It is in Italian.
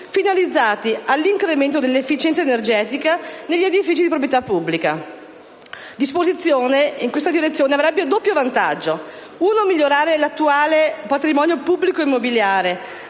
finalizzati all'incremento dell'efficienza energetica negli edifici di proprietà pubblica. Una disposizione in questa direzione avrebbe il doppio vantaggio di migliorare l'attuale patrimonio pubblico immobiliare